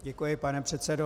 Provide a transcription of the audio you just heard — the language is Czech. Děkuji, pane předsedo.